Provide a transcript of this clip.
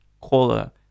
cola